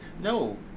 No